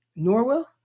Norwell